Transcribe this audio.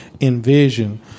envision